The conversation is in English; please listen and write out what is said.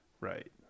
right